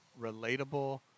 relatable